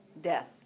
Death